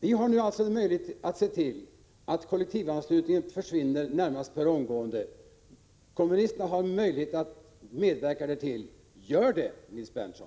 Vi har nu alltså möjlighet att se till att kollektivanslutningen försvinner i stort sett per omgående. Kommunisterna har möjlighet att medverka därtill. Gör det, Nils Berndtson!